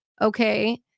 okay